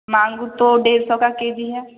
मांगुर तो डेढ़ सौ का के जी है